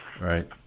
Right